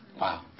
Wow